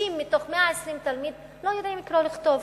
60 מתוך 120 תלמיד, לא יודעים לקרוא ולכתוב.